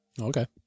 Okay